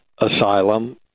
asylum